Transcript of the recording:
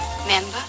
Remember